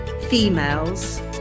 females